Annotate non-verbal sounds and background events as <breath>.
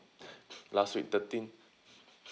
last week thirteenth <breath>